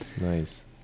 Nice